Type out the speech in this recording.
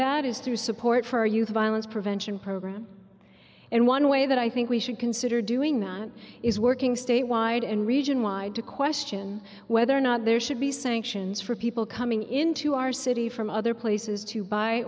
through support for a youth violence prevention program and one way that i think we should consider doing that is working statewide and region wide to question whether or not there should be sanctions for people coming into our city from other places to buy